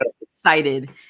excited